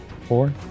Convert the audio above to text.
four